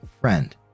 friend